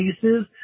pieces